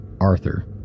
Arthur